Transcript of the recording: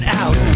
out